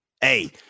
Hey